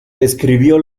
escribió